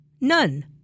none